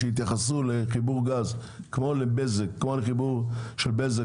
שיתייחסו לחיבור גז כמו לחיבור של בזק,